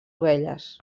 ovelles